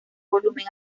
volumen